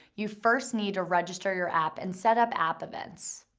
you first need to register your app and set up app events.